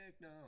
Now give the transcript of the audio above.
no